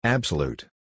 Absolute